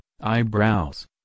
eyebrows